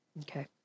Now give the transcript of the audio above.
Okay